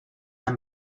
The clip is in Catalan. amb